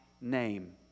name